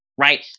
right